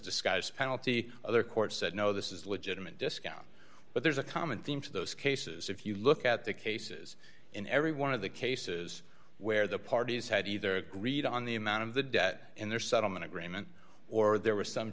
disguised penalty or court said no this is legitimate discount but there's a common theme to those cases if you look at the cases in every one of the cases where the parties had either greed on the amount of the debt in their settlement agreement or there was some